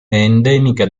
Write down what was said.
endemica